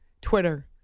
Twitter